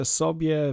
sobie